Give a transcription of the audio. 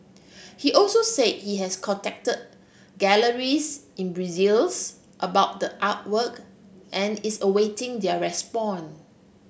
he also said he has contacted galleries in Brussels about the artwork and is awaiting their respond